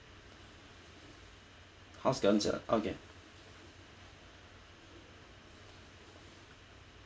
house gardens ah okay